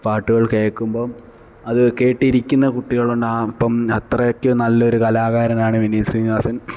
പാട്ടുകള് കേൾക്കുമ്പം അത് കേട്ടിരിക്കുന്ന കുട്ടികളുണ്ട് അപ്പം അത്രയ്ക്ക് നല്ല ഒരു കലാകാരനാണ് വിനീത് ശ്രീനിവാസന്